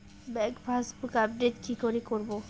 Bank passbook update কি করে করবো?